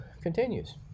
continues